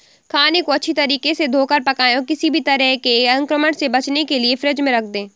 खाने को अच्छी तरह से धोकर पकाएं और किसी भी तरह के संक्रमण से बचने के लिए फ्रिज में रख दें